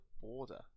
border